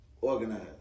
Organized